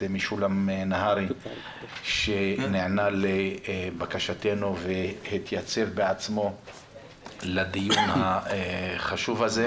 משולם נהרי שנענה לבקשתנו והתייצב בעצמו לדיון החשוב הזה.